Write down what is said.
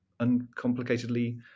uncomplicatedly